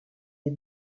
des